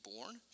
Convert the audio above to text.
born